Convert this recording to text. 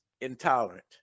intolerant